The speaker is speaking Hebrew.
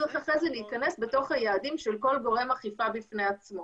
צריך אחרי זה להיכנס בתוך היעדים של כל גורם אכיפה בפני עצמו.